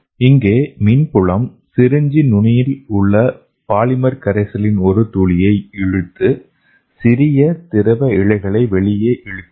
இங்கே மின் புலம் சிரிஞ்சின் நுனியில் உள்ள பாலிமர் கரைசலின் ஒரு துளியை இழுத்து சிறிய திரவ இழைகளை வெளியே இழுக்கிறது